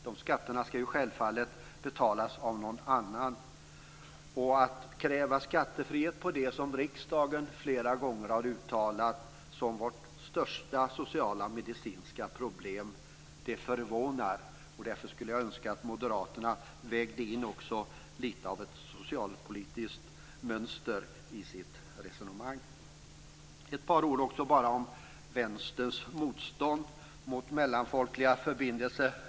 De skatterna skall självfallet betalas av någon annan. Att man kräver skattefrihet på det som riksdagen flera gånger har uttalat som vårt största sociala och medicinska problem är förvånande. Därför skulle jag önska att Moderaterna vägde in också lite av ett socialpolitiskt mönster i sitt resonemang. Jag skall också säga ett par ord om Vänsterns motstånd mot mellanfolkliga förbindelser.